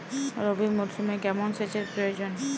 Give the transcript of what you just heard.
রবি মরশুমে কেমন সেচের প্রয়োজন?